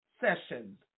Sessions